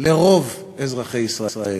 לרוב אזרחי ישראל.